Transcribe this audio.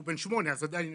הוא בן שמונה אז עדיין אפשר,